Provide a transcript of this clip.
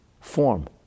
form